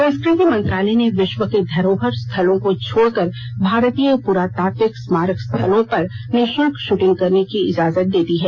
संस्कृति मंत्रालय ने विश्व धरोहर स्थलों को छोड़कर भारतीय पुरातात्विक स्मारक स्थलों पर निशुल्क शूटिंग करने की इजाजत दे दी है